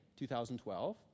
2012